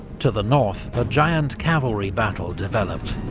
to the north, a giant cavalry battle developed,